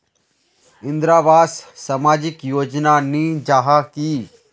इंदरावास सामाजिक योजना नी जाहा की?